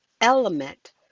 element